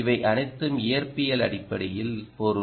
இவை அனைத்தும் இயற்பியல் அடிப்படையில் பொருள்